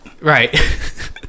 Right